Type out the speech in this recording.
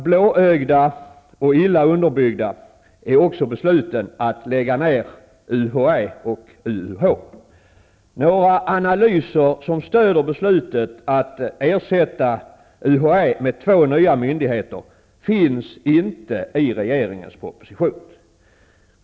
Blåögda och illa underbyggda är också besluten att lägga ner UHÄ och UUH. Analyser som stöder beslutet att ersätta UHÄ med två nya myndigheter finns inte i regeringens proposition.